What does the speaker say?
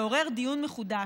עומד,